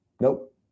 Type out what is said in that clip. nope